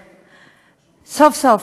סוף-סוף,